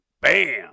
Bam